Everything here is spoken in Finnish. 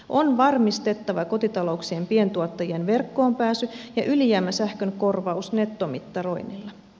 on varmistettava kotitalouksien pientuottajien verkkoon pääsy ja ylijäämäsähkön korvaus nettomittaroinnilla